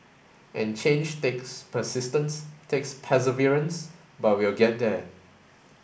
and change takes persistence takes perseverance but we'll get there